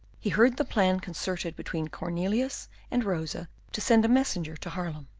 he heard the plan concerted between cornelius and rosa to send a messenger to haarlem.